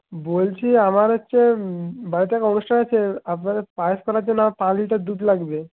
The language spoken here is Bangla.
বলছি আমার হচ্ছে বাড়িতে একটা অনুষ্ঠান আছে আপনাদের পায়েস করার জন্য আমার পাঁচ লিটার দুধ লাগবে